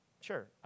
Sure